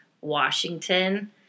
Washington